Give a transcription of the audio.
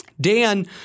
Dan